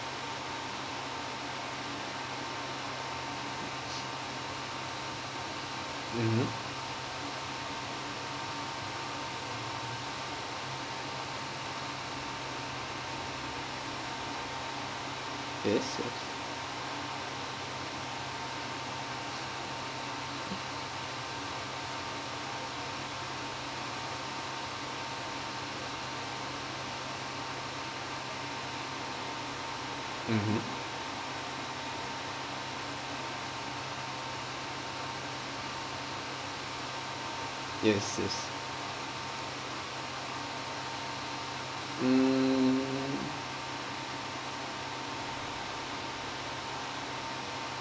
mmhmm yes yes mmhmm yes yes mm